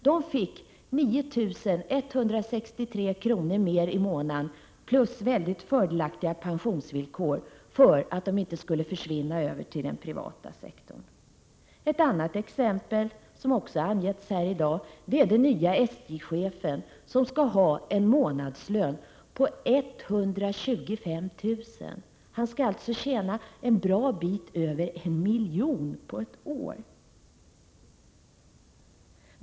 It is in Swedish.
De fick 9 163 kr. mer i månaden plus mycket fördelaktiga pensionsvillkor för att de inte skulle försvinna till den privata sektorn. Ett annat exempel, som också har angetts här i dag, är den nya SJ-chefen, som skall ha en månadslön på 125 000 kr. Han skall alltså tjäna en bra bit över en miljon på ett år!